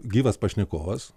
gyvas pašnekovas